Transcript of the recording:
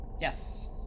Yes